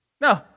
No